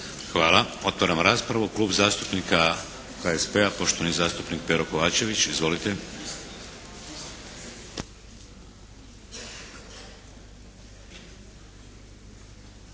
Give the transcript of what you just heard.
Hvala. Otvaram raspravu. Klub zastupnika HSP-a, poštovani zastupnik Pero Kovačević. Izvolite.